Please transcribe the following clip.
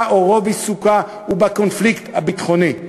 או רוב עיסוקה הוא בקונפליקט הביטחוני.